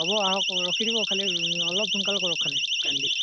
হ'ব আহক ৰখি দিব খালি অলপ সোনকাল কৰক